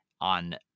on